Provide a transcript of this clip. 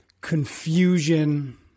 confusion